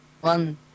one